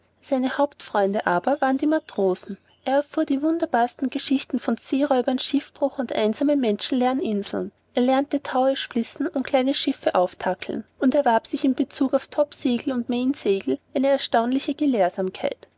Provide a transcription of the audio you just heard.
seine hauptfreunde aber waren die matrosen er erfuhr die wunderbarsten geschichten von seeräubern schiffbruch und einsamen menschenleeren inseln er lernte taue splissen und kleine schiffe auftakeln und erwarb sich in bezug auf topsegel und mainsegel eine erstaunliche gelehrsamkeit